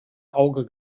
auge